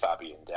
Fabian